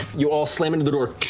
you all slam into the door.